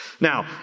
Now